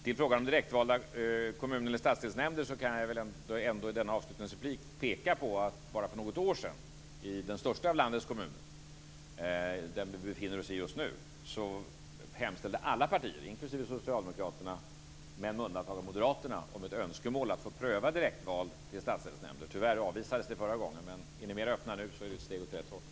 I frågan om direktvalda kommun eller stadsdelsnämnder kan jag i denna avslutningsreplik peka på att för bara något år sedan i den största av landets kommuner, den som vi befinner oss i just nu, hemställde alla partier, inklusive Socialdemokraterna men med undantag av Moderaterna, att få pröva direktval till stadsdelsnämnder. Tyvärr avvisades detta förra gången, men är ni mer öppna nu så är det ett steg åt rätt håll.